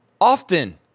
Often